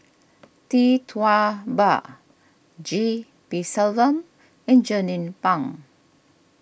Tee Tua Ba G P Selvam and Jernnine Pang